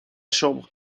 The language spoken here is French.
chambre